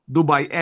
Dubai